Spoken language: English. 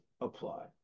apply